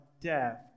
death